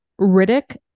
Riddick